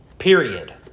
Period